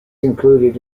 included